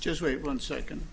just wait one second